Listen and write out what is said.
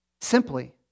Simply